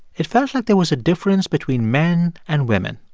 it felt like there was a difference between men and women.